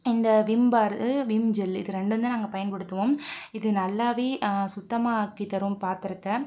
இந்த விம் பாரு Vim gel இது ரெண்டும் தான் நாங்கள் பயன்படுத்துவோம் இது நல்லாவே சுத்தமாக ஆக்கி தரும் பாத்திரத்த